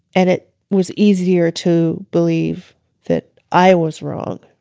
and it was easier to believe that i was wrong